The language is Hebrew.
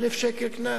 1,000 שקל קנס,